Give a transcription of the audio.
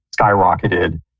skyrocketed